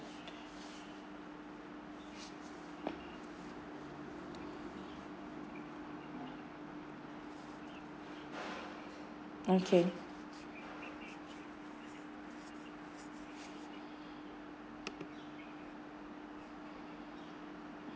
okay